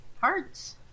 Hearts